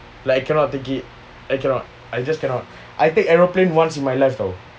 like I cannot take it I cannot I just cannot I take aeroplane once in my life hor